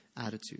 attitude